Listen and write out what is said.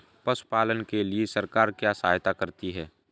पशु पालन के लिए सरकार क्या सहायता करती है?